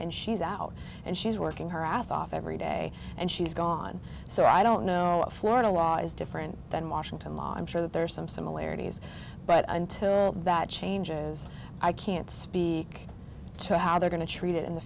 and she's out and she's working her ass off every day and she's gone so i don't know if florida law is different than washington law i'm sure that there are some similarities but until that changes i can't speak to how they're going to treat it in the